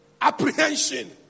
apprehension